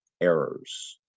errors